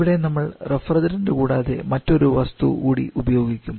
ഇവിടെ നമ്മൾ റഫ്രിജറൻറ് കൂടാതെ മറ്റൊരു വസ്തു കൂടി ഉപയോഗിക്കും